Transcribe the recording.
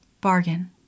Bargain